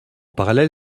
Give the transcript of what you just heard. parallèle